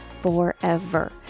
forever